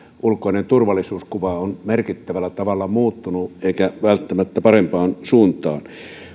ulkoinen turvallisuuskuva on merkittävällä tavalla muuttunut eikä välttämättä parempaan suuntaan